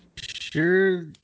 sure